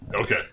okay